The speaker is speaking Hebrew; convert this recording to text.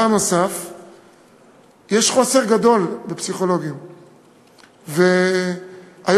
יש חוסר גדול בפסיכולוגים היום.